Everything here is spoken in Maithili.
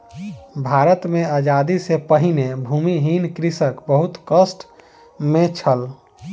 भारत मे आजादी सॅ पहिने भूमिहीन कृषक बहुत कष्ट मे छल